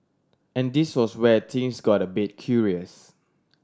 and this was where things got a bit curious